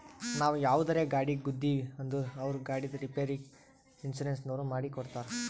ನಾವು ಯಾವುದರೇ ಗಾಡಿಗ್ ಗುದ್ದಿವ್ ಅಂದುರ್ ಅವ್ರ ಗಾಡಿದ್ ರಿಪೇರಿಗ್ ಇನ್ಸೂರೆನ್ಸನವ್ರು ಮಾಡಿ ಕೊಡ್ತಾರ್